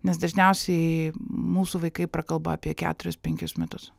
nes dažniausiai mūsų vaikai prakalba apie keturis penkis metus